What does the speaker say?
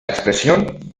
expresión